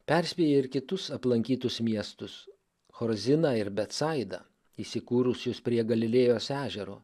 perspėja ir kitus aplankytus miestus chruziną ir bedsaidą įsikūrusius prie galilėjos ežero